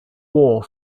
war